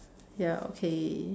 ya okay